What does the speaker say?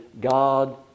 God